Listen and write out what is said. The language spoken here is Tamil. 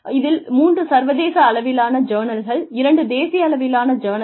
இதில் மூன்று சர்வதேச அளவிலான ஜர்னல்கள் இரண்டு தேசிய அளவிலான ஜர்னல்கள்